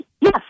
Yes